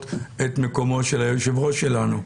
האלה את מקומו של היושב-ראש שלנו.